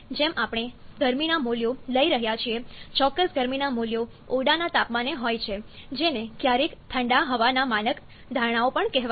જેમ આપણે ગરમીના મૂલ્યો લઈ રહ્યા છીએ ચોક્કસ ગરમીના મૂલ્યો ઓરડાના તાપમાને હોય છે જેને ક્યારેક ઠંડા હવાના માનક ધારણાઓ પણ કહેવાય છે